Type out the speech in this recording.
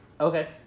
Okay